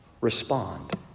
respond